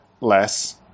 less